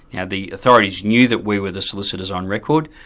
now the authorities knew that we were the solicitors on record,